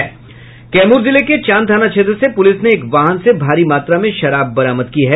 कैमूर जिले के चांद थाना क्षेत्र से पुलिस ने एक वाहन से भारी मात्रा में शराब बरामद की है